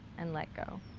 and let go.